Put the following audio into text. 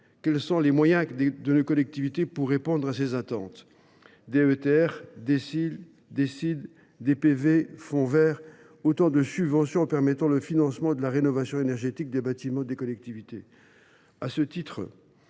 Quels sont donc les moyens de nos collectivités pour répondre à ces attentes ?